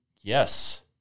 yes